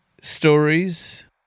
stories